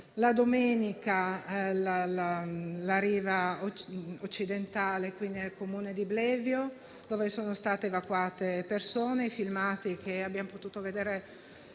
colpita la riva occidentale, nel Comune di Blevio, dove sono state evacuate persone. I filmati che abbiamo potuto vedere